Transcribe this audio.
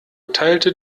teilte